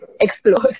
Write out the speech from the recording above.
explore